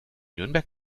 nürnberg